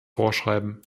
vorschreiben